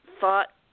thought